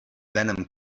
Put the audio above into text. venom